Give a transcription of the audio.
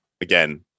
again